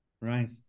Right